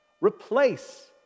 replace